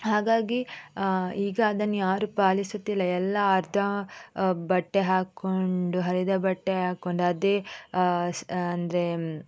ಹಾಗಾಗಿ ಈಗ ಅದನ್ನು ಯಾರು ಪಾಲಿಸುತ್ತಿಲ್ಲ ಎಲ್ಲ ಅರ್ಧ ಬಟ್ಟೆ ಹಾಕ್ಕೊಂಡು ಹರಿದ ಬಟ್ಟೆ ಹಾಕ್ಕೊಂಡು ಅದೇ ಸ ಅಂದರೆ